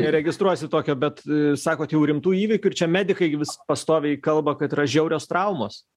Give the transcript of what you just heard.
neregistruosi tokio bet sakot jau rimtų įvykių ir čia medikai vis pastoviai kalba kad yra žiaurios traumos